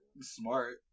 smart